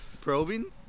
Probing